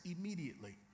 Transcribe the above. immediately